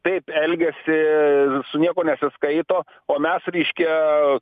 taip elgiasi su niekuo nesiskaito o mes reiškia